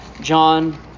John